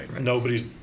nobody's